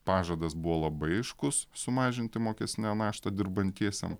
pažadas buvo labai aiškus sumažinti mokestinę naštą dirbantiesiem